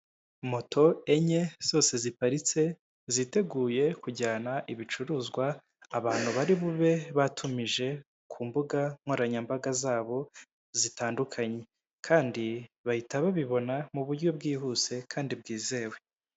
Moto enye zose ziparitse ziteguye kujyana ibicuruzwa abantu bari bube batumije ku mbuga nkoranyambaga zabo zitandukanye, kandi bahita babibona mu buryo bwihuse kandi bwizewe.